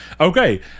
Okay